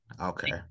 okay